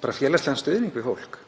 fer í félagslegan stuðning við fólk,